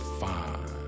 fine